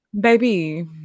Baby